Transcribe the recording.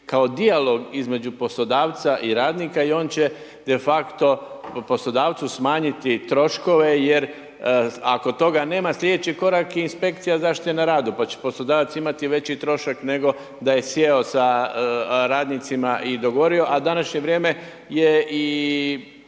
kao i dijalog između poslodavca i radnika i on će de facto poslodavcu smanjiti troškove, jer ako toga nema sljedeći korak je inspekcija zaštite na radu, pa će poslodavac imati veći trošak, nego da je sjeo sa radnicima i dogovorio. A današnje vrijeme je i